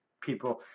people